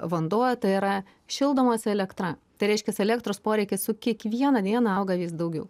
vanduo tai yra šildomos elektra tai reiškias elektros poreikis su kiekviena diena auga vis daugiau